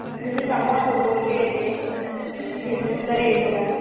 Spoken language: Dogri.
इंया पता थुआढ़े कोल केह्ड़े केह्ड़े न मतलब ते उंदा रेट बगैरा